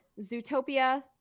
Zootopia